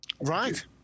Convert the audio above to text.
Right